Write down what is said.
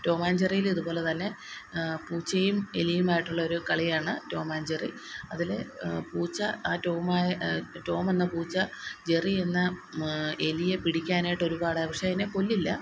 Tom and ജെറിയിൽ ഇതുപോലെ തന്നെ പൂച്ചയും എലിയും ആയിട്ടുള്ളൊരു കളിയാണ് ടോം ആൻഡ് ജെറി അതില് പൂച്ച ടോമായ ടോമെന്ന പൂച്ച ജെറിയെന്ന എലിയെപ്പിടിക്കാനായിട്ടൊരുപാട് പക്ഷേ അതിനെ കൊല്ലില്ല